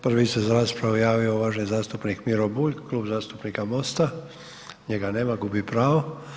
Prvi se za raspravu javio uvaženi zastupnik Miro Bulj, Kluba zastupnika Mosta, njega nema, gubi pravo.